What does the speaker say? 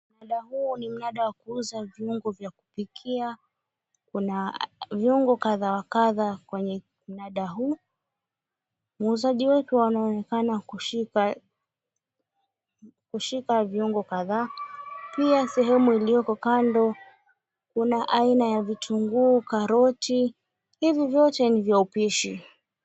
Mnada huu ni mnada wa kuuza viungo vya kupikia, kuna viungo kadha wa kadha kwenye mnada huu. Muuzaji wetu anaonekana kushika viungo kadhaa, pia sehemu iliyoko kando kuna aina ya vitunguu karoti, hivi vyote ni vya upishi.